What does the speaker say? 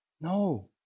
No